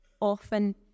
often